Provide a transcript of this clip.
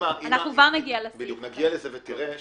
נגיע לזה ותראה,